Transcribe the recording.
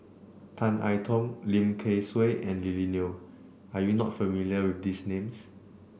Tan I Tong Lim Kay Siu and Lily Neo are you not familiar with these names